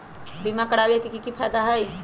बीमा करबाबे के कि कि फायदा हई?